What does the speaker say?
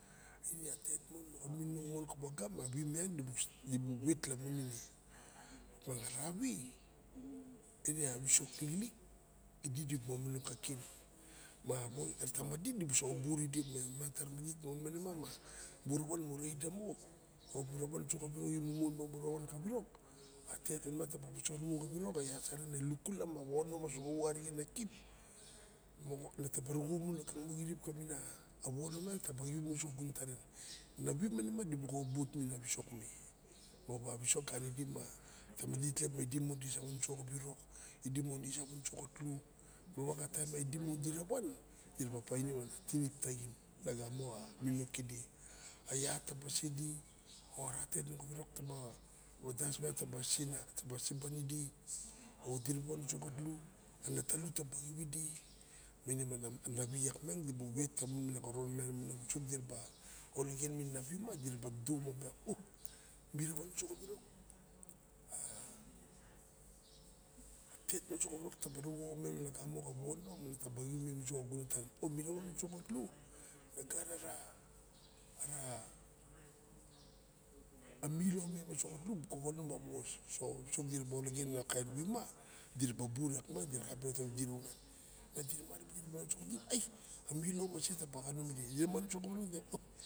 Ine a tet moxa mininonga ka waga ma navi miang tibu wet lamunine moxa navi ine a wisok lixilik idi dibuk momonong kaken ma wos mara tama di dibu sa oburele opiang miang taramadit monma ma mura wan mura idamo o mura wan so xa wirok imu mon ma a tet manima taba ruwasorimu xa wirok? Ine las aren e lukulam. A wono mosoxa wu arixe. Nataba ruxo mu lagamo xirip kama wono miang. Nata ba xip imu uso xa gunon taren navi manima dibuk obut minin a wisok me ma opa wisok ganidi ma ramaditlep maidi mon disa wanuso xa wirok idi mon disa wan soxotlu? Moxawa taim did mon dira wan? Idiraba painim a tinip taxin lagamo xa mininong kidi a ia taba se oli o ara tet moxa wirok taba wandas miang taba se di o dira wansu so xotlu natalu taba xip idi manine man a navi iak miang dibu wet lamun a koron iak miang lamun a wisok diraba olegen minin a navi ma diraba duduxuma opiang o mira wanso xa wirok a tet muso xa wirok nataba ruxo mem solagamo xa wono na ta ba xip imem soxa gunon tarn dirawan so xotlu na gara ara milo memasa xatlu nabu koxonom a was so wisok diraba olagen na navi iak ma diraba burakma dira xa wan iak ai a milo muso xotlu taba xanom ide.